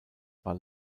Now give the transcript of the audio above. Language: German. war